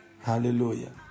Hallelujah